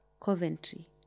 Coventry